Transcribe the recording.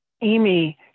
Amy